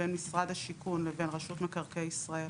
בין משרד השיכון לבין רשות מקרקעי ישראל.